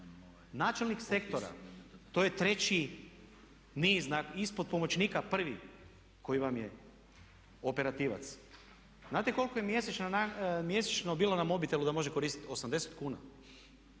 Načelnik sektora, to je treći niz, ispod pomoćnika prvi koji vam je operativac, znate koliko je mjesečno bilo na mobitelu da može koristiti, 80 kuna